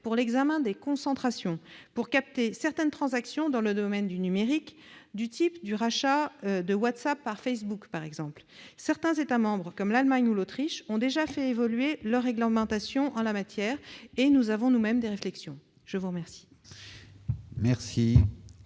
pour l'examen des concentrations, afin de capter certaines transactions dans le domaine du numérique, du type du rachat de WhatsApp par Facebook. Certains États membres, comme l'Allemagne ou l'Autriche, ont déjà fait évoluer leur réglementation en la matière, et nous avons nous-mêmes des réflexions en cours à ce